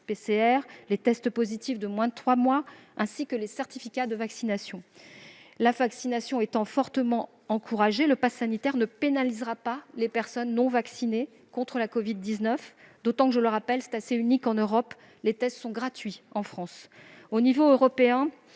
PCR, les tests positifs de moins de trois mois, ainsi que les certificats de vaccination. La vaccination étant fortement encouragée, le pass sanitaire ne pénalisera pas les personnes non vaccinées contre la covid-19, d'autant que, je le rappelle, les tests sont gratuits en France, ce qui est